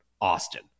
austin